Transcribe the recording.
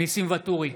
ניסים ואטורי,